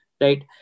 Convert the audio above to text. right